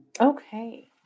Okay